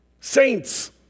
Saints